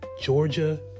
Georgia